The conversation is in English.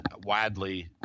widely